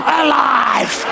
alive